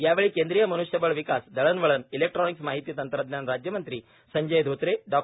यावेळी केंद्रीय मन्ष्यबळ विकासर दळणवळणर इलेक्ट्रॉनिक्स माहिती तंत्रज्ञान राज्यमंत्री संजय धोत्रेए डॉ